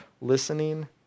listening